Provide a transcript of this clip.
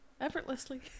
effortlessly